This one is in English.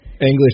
English